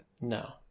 No